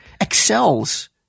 excels